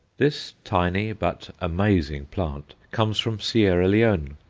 this tiny but amazing plant comes from sierra leone.